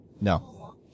no